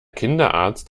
kinderarzt